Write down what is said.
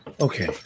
Okay